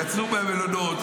יצאו מהמלונות,